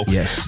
Yes